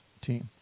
team